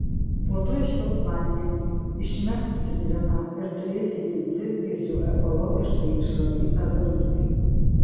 po to išpilk vandenį išmesk citriną ir turėsi iki blizgesio ekologiškai išvalytą virdulį